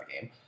game